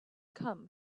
come